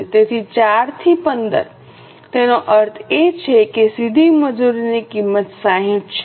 તેથી 4 થી 15 તેનો અર્થ એ છે કે સીધી મજૂરી કિંમત 60 છે